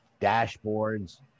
dashboards